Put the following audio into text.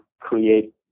create